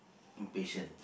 impatient